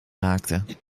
raakte